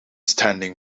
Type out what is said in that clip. standing